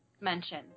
mention